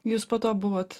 jūs po to buvot